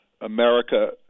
America